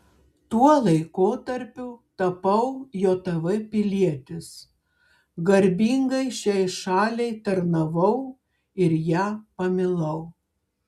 tuo laikotarpiu tapau jav pilietis garbingai šiai šaliai tarnavau ir ją pamilau